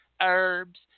herbs